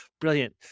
Brilliant